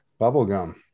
Bubblegum